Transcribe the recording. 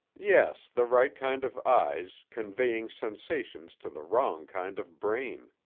yes, the right kind of eyes, conveying sensations to the wrong kind of brain,